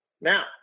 now